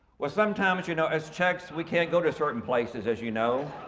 well sometimes you know, as czechs, we can't go to certain places, as you know.